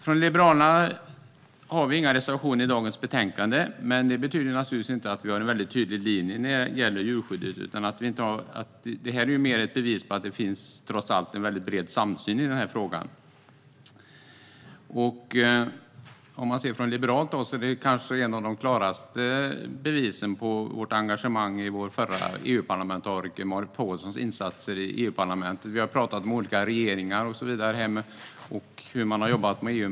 Från Liberalerna har vi inga reservationer i betänkandet som behandlas i dag. Men det betyder inte att vi inte har en väldigt tydlig linje när det gäller djurskyddet. Det är mer ett bevis på att det trots allt finns en väldigt bred samsyn i frågan. Från liberalt håll är ett av de klaraste bevisen på vårt engagemang vår förra EU-parlamentariker Marit Paulsens insatser i EU-parlamentet. Vi har talat om olika regeringar och hur de har jobbat med EU.